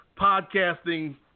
podcasting